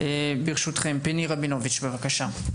ברשותכם, פיני רבינוביץ', בבקשה.